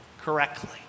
correctly